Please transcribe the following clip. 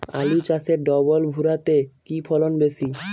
আলু চাষে ডবল ভুরা তে কি ফলন বেশি?